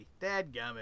Dadgummit